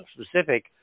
specific